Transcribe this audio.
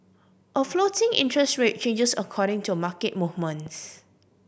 a floating interest rate changes according to a market movements